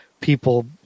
people